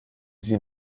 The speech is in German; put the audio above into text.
sie